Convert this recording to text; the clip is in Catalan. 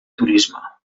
turisme